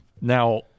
now